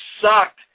sucked